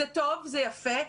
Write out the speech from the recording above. זה טוב זה יפה,